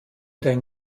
dein